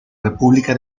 república